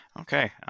Okay